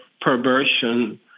perversion